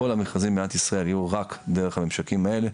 כל המכרזים במדינת ישראל יהיו רק דרך הממשקים האלה,